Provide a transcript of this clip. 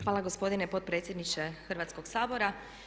Hvala gospodine potpredsjedniče Hrvatskoga sabora.